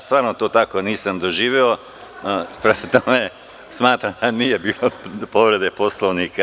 Stvarno to tako nisam doživeo, prema tome smatram da nije bilo povrede Poslovnika.